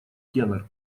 тенор